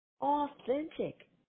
authentic